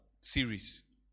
series